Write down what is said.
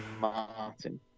Martin